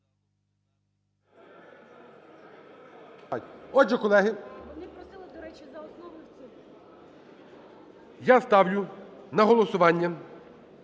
я ставлю на голосування